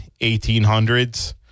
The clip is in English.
1800s